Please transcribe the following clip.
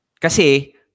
Kasi